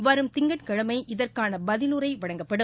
வரும் திங்கட்கிழமை இதற்னன பதிலுரை வழங்கப்படும்